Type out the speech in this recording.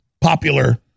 popular